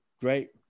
great